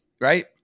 Right